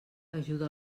ajuda